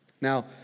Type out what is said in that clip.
Now